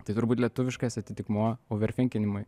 tai turbūt lietuviškas atitikmuo overfinkinimui